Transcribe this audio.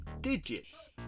digits